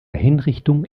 hinrichtung